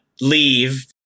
leave